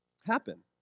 happen